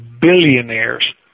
billionaires